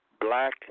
Black